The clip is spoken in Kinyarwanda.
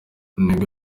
intego